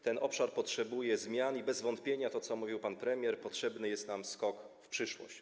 Ten obszar potrzebuje zmian i bez wątpienia - tak jak mówił pan premier - potrzebny jest nam skok w przyszłość.